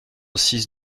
six